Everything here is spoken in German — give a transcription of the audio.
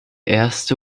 erste